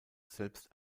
selbst